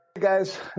guys